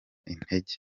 intege